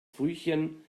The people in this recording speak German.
frühchen